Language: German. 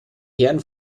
herren